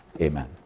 Amen